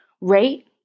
Rate